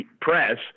press